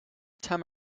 time